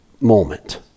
moment